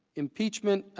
impeachment,